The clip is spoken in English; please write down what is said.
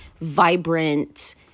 vibrant